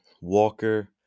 Walker